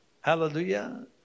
Hallelujah